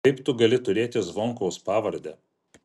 kaip tu gali turėti zvonkaus pavardę